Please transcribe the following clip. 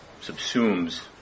subsumes